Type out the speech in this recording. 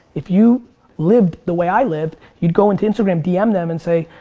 if you lived the way i lived you'd go into instagram dm them and say,